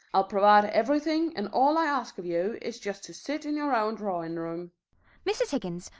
i'll provide everything, and all i ask of you is just to sit in your own drawing-room mrs. higgins,